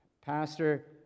pastor